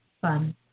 fun